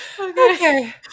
okay